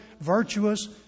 virtuous